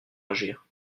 agir